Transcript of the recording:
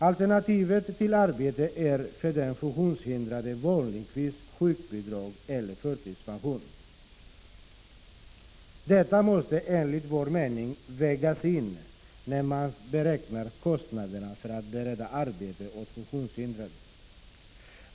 Alternativet till arbete är för den funktionshindrade vanligtvis sjukbidrag eller förtidspension. Detta måste enligt vår mening vägas in när man beräknar kostnaderna för att bereda arbete åt funktionshindrade.